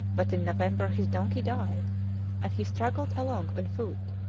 but in november his donkey died and he struggled along on foot.